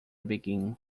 begin